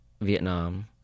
Vietnam